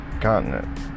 continent